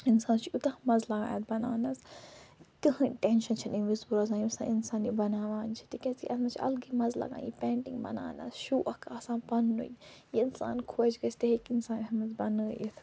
انسانس چھُ یوٗتاہ مزٕ لگان اتھ بناونس کٕہۭنۍ ٹینشن چھَنہٕ اَمہِ وزِ روزان ییٚمہِ ساتہِ انسان یہِ بناوان چھِ تِکیٛاز کہِ اتھ منٛز چھُ الگٕے مزٕ لگان یہ پینٹںگ بناونس شوق آسان پںٛنُے یہِ انسان خۄش گژھِ تہِ ہیٚکہِ انسان یَتھ منٛز بنٲوِتھ